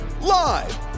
live